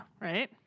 right